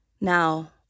Now